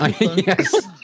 Yes